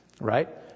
right